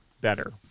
better